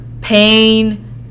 pain